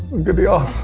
good deal